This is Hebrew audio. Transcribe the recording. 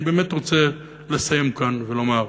אני באמת רוצה לסיים כאן ולומר: